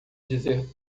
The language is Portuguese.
dizer